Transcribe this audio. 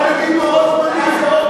עבדתי עם לוחות זמנים,